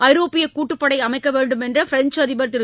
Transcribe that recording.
ஐரோப்பிய கூட்டுப்படை அமைக்க வேண்டுமென்ற ப்ரென்ச் அதிபர் திரு